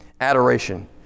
Adoration